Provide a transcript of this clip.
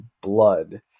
blood